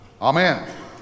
Amen